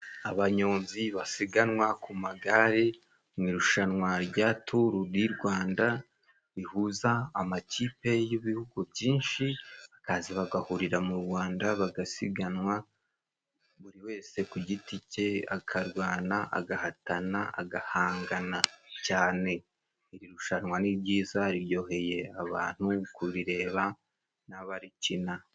Abanyonzi basiganwa ku magare mu irushanwa rya turu di Rwanda rihuza amakipe y'ibihugu byinshi, bakaza bagahurira mu Rwanda bagasiganwa, buri wese ku giti cye akarwana, agahatana, agahangana cyane. Iri rushanwa ni ryiza riryoheye abantu kubireba n'abarikina.